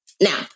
Now